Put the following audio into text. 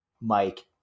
Mike